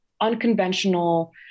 unconventional